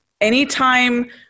anytime